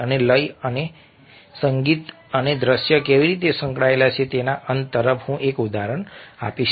અને લય અને સંગીત અને દ્રશ્યો કેવી રીતે સંકળાયેલા છે તેના અંત તરફ હું એક ઉદાહરણ આપીશ